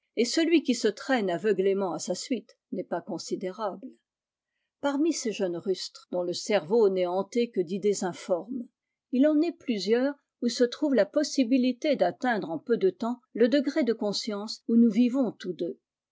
et celui qui se traîne aveuglément à sa suite n'est pas considérable parmi ces jeunes rustres dont le cerveau n'est hanté que d'idées informes il en est plusieurs où se trouve la possibilité d'atteindre en peu de temps le degré de conscience oi i nous vivons tous deux